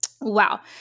Wow